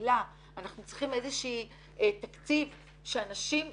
לקהילה אנחנו צריכים איזשהו תקציב שאנשים יוכלו,